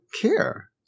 care